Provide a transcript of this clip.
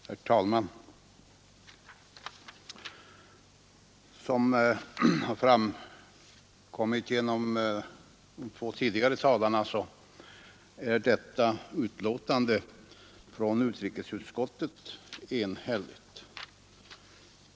Herr talman! Som framgått av vad de två tidigare talarna sagt är detta betänkande från utrikesutskottet enhälligt.